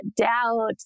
doubt